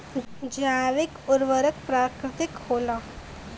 जैविक उर्वरक प्राकृतिक होला